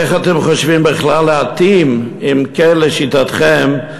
איך אתם חושבים בכלל להתאים, אם כן, לשיטתכם,